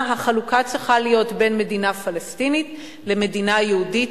צריכה להיות בין מדינה פלסטינית למדינה יהודית,